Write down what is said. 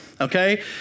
Okay